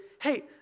hey